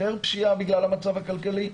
יותר פשיעה בגלל המצב הכלכלי.